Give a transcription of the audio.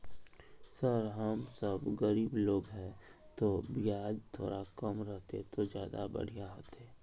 sir हम सब गरीब लोग है तो बियाज थोड़ा कम रहते तो ज्यदा बढ़िया होते